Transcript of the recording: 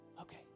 Okay